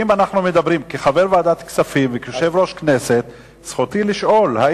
כחבר ועדת הכספים וכיושב-ראש הכנסת זכותי לשאול אם